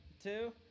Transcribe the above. two